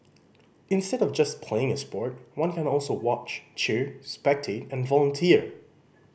instead of just playing a sport one can also watch cheer spectate and volunteer